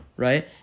Right